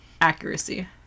Accuracy